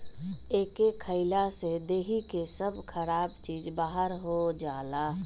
एके खइला से देहि के सब खराब चीज बहार हो जाला